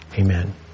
Amen